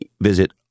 visit